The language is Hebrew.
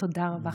תודה רבה.